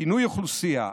פינוי אוכלוסייה,